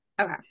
Okay